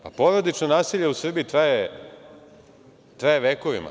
Porodično nasilje u Srbiji traje vekovima.